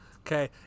Okay